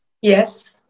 Yes